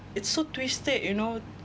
it's so twisted you know